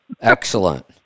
Excellent